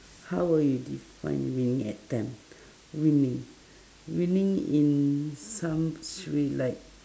how will you define winning attempt winning winning in some situations like